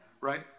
right